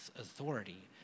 authority